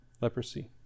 leprosy